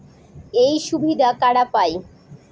এই সুবিধা কারা পায়?